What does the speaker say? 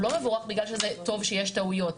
הוא לא מבורך בגלל שזה טוב שיש טעויות,